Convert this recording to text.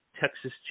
Texas